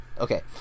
Okay